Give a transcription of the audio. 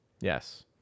Yes